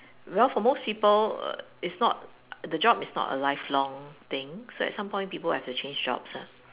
well for most people err is not the job is not a lifelong thing so at some point people have to change jobs lah